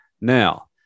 Now